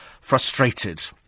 frustrated